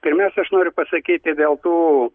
pirmiausia aš noriu pasakyti dėl tų